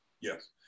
yes